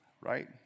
right